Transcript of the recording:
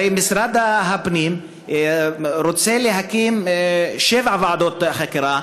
הרי משרד הפנים רוצה להקים שבע ועדות חקירה.